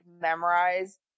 memorize